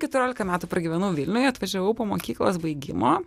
keturiolika metų pragyvenau vilniuj atvažiavau po mokyklos baigimo